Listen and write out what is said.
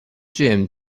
gym